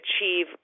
achieve